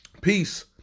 peace